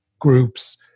groups